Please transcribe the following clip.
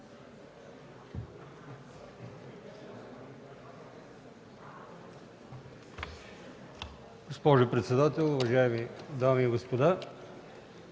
Госпожо председател, уважаеми дами и господа!